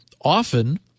often